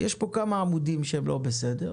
יש פה כמה עמודים שהם לא בסדר,